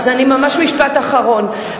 משפט אחרון.